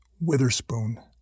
Witherspoon